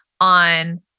on